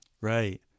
Right